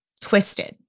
twisted